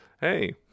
hey